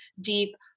deep